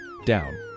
down